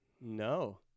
no